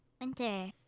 Winter